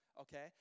okay